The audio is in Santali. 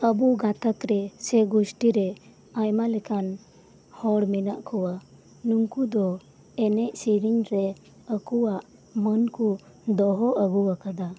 ᱟᱵᱚ ᱜᱟᱛᱟᱠ ᱨᱮ ᱥᱮ ᱜᱩᱥᱴᱤ ᱨᱮ ᱟᱭᱢᱟ ᱞᱮᱠᱟᱱ ᱦᱚᱲ ᱢᱮᱱᱟᱜ ᱠᱚᱣᱟ ᱱᱩᱝᱠᱩ ᱫᱚ ᱮᱱᱮᱡᱽ ᱥᱮᱨᱮᱧ ᱨᱮ ᱟᱠᱩᱭᱟᱜ ᱢᱟᱹᱱ ᱠᱩ ᱫᱚᱦᱚ ᱟᱹᱜᱩ ᱟᱠᱟᱫᱟ